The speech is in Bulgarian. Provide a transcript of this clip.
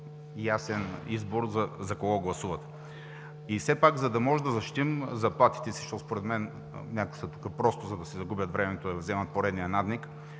по-ясен избор за кого гласуват. Все пак, за да можем да защитим заплатите си, защото според мен някои са тук просто, за да си загубят времето и да вземат поредния надник,